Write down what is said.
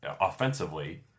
offensively